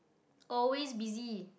always busy